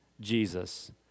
Jesus